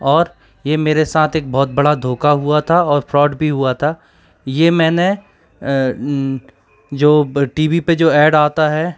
और ये मेरे साथ एक बहुत बड़ा धोका हुआ था और फ्राड भी हुआ था ये मैंने जो टी वी पर जो ऐड आता है